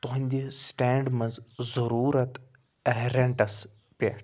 تۄہنٛدِ stand مَنٛز ضروٗرت ٲں ریٚنٹَس پٮ۪ٹھ